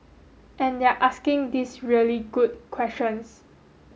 and they're asking these really good questions